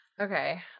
Okay